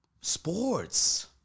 sports